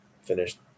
finished